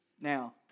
Now